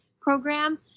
Program